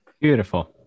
Beautiful